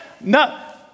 No